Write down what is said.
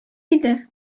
иде